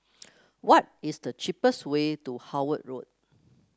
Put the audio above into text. what is the cheapest way to Howard Road